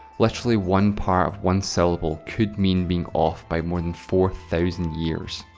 literally one part of one syllable could mean being off by more than four thousand years.